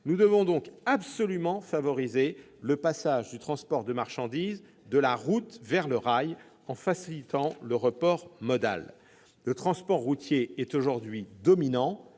Nous devons donc absolument favoriser le passage du transport de marchandises de la route vers le rail en facilitant le report modal. Le transport routier est dominant,